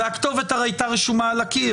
והכתובת הרי הייתה רשומה על הקיר,